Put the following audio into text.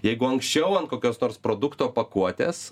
jeigu anksčiau ant kokios nors produkto pakuotės